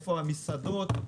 איפה המסעדות,